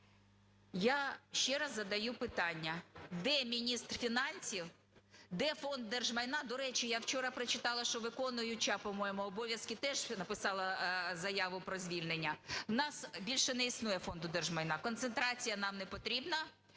Я ще раз задаю питання: де міністр фінансів, де Фонд держмайна? До речі, я вчора прочитала, що виконуюча, по-моєму, обов'язки теж написала заяву про звільнення. У нас більше не існує Фонду держмайна, концентрація нам не потрібна,